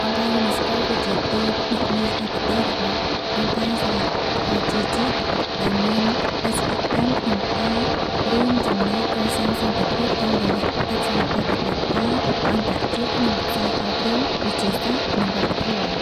អង្គការយូណេស្កូ គឺជាទីភ្នាក់ងារឯកទេសរបស់អង្គការសហប្រជាជាតិ ដែលមានបេសកកម្មក្នុងការរួមចំណែកកសាងសន្តិភាពតាមរយៈកិច្ចសហប្រតិបត្តិការអន្តរជាតិក្នុងវិស័យ អប់រំ វិទ្យាសាស្ត្រ និងវប្បធម៌។